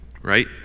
right